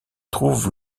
trouve